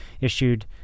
issued